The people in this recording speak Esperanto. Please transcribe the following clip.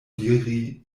diri